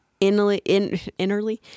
Innerly